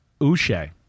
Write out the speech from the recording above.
Uche